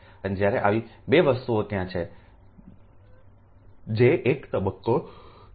અને જ્યારે આવી 2 વસ્તુઓ ત્યાં છે જે એક તબક્કો છે